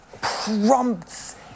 prompts